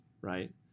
right